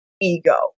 ego